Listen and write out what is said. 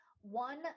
one